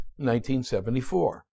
1974